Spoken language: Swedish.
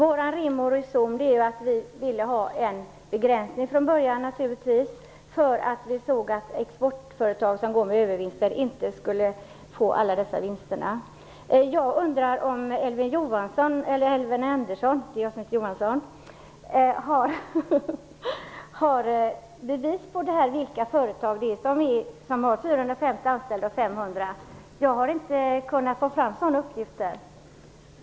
Fru talman! Vår rim och reson är att vi från början ville ha en begränsning för att exportföretag som går med övervinst inte skulle få ännu större vinster. Jag undrar om Elving Andersson vet någonting om vilka företag som har 450 respektive 550 anställda. Jag har inte kunnat få fram några sådan uppgifter.